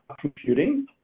computing